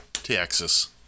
Texas